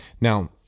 Now